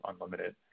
unlimited